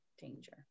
danger